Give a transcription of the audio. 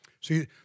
See